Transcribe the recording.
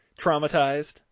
traumatized